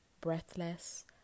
breathless